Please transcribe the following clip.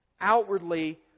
outwardly